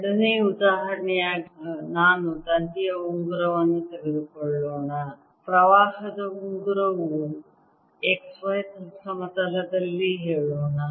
ಎರಡನೆಯ ಉದಾಹರಣೆಯಾಗಿ ನಾನು ತಂತಿಯ ಉಂಗುರವನ್ನು ತೆಗೆದುಕೊಳ್ಳೋಣ ಪ್ರವಾಹದ ಉಂಗುರವು x y ಸಮತಲದಲ್ಲಿ ಹೇಳೋಣ